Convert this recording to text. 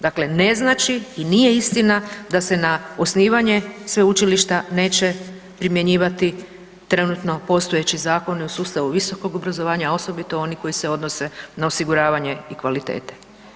Dakle, ne znači i nije istina da se na osnivanje Sveučilišta neće primjenjivati trenutno postojeći Zakon o sustavu visokog obrazovanja, osobito oni koji se odnose na osiguravanja i kvalitete.